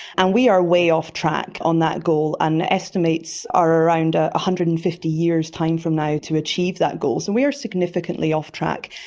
and we are way off track on that goal, and the estimates are around one ah hundred and fifty years time from now to achieve that goal. so we are significantly off track.